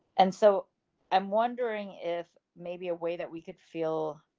and so i'm wondering if maybe a way that we could feel.